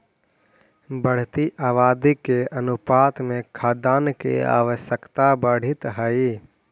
बढ़ीत आबादी के अनुपात में खाद्यान्न के आवश्यकता बढ़ीत हई